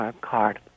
card